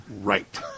right